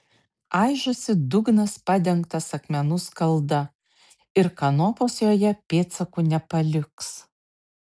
aižosi dugnas padengtas akmenų skalda ir kanopos joje pėdsakų nepaliks